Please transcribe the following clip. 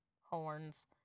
horns